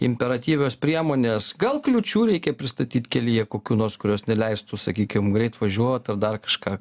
imperatyvios priemonės gal kliūčių reikia pristatyt kelyje kokių nors kurios neleistų sakykim greit važiuot ar dar kažką